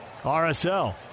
RSL